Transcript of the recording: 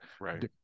right